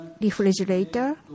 refrigerator